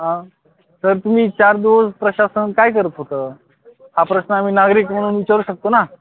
हा तर तुम्ही चार दिवस प्रशासन काय करत होतं हा प्रश्न आम्ही नागरिक म्हणून विचारू शकतो ना